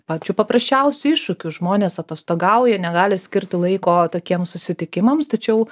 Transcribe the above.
pačiu paprasčiausiu iššūkiu žmonės atostogauja negali skirti laiko tokiems susitikimams tačiau